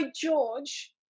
George